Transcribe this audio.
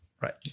right